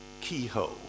keyhole